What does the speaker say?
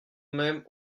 même